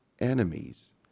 enemies